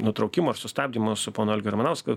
nutraukimo ar sustabdymo su ponu algiu ramanausku